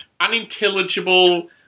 unintelligible